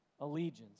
allegiance